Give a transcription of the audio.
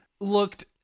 looked